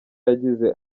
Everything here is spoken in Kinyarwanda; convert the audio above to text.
yagize